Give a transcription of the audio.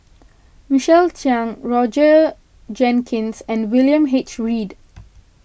Michael Chiang Roger Jenkins and William H Read